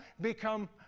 become